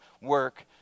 work